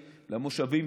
למושבים,